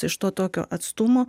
iš to tokio atstumo